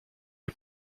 est